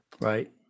Right